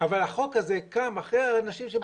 אבל החוק הזה קם אחרי שאנשים בנו.